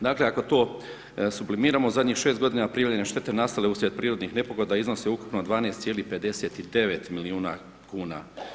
Dakle, ako to sublimiramo zadnjih 6 godina prijavljene štete nastale usred prirodnih nepogoda iznose ukupno 12,59 milijuna kuna.